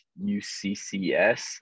uccs